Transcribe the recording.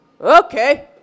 Okay